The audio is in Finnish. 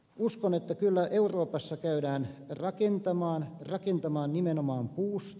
uskon että kyllä euroopassa käydään rakentamaan rakentamaan nimenomaan puusta